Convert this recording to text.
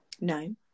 No